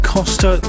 Costa